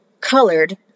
colored